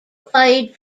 played